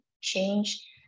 change